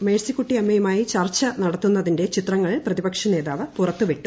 മെഴ്സിക്കുട്ടിയമ്മയുമായി ചർച്ച നടത്തുന്നതിന്റെ ചിത്രങ്ങൾ പ്രതിപക്ഷ നേതാവ് പുറത്തുവിട്ടു